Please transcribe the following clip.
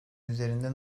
üzerinde